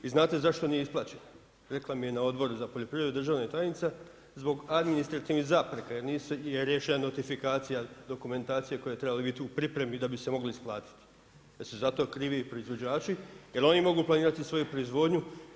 I znate zašto nije isplaćena, rekla mi je na Odboru za poljoprivredu državna tajnica, zbog administrativnih zapreka jer … notifikacija dokumentacije koja bi trebala biti u pripremi da bi se moglo isplatiti, da su za to krivi proizvođači jel oni mogu planirati svoju proizvodnju.